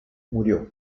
murió